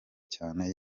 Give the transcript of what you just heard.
cyane